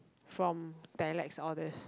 from dialects all this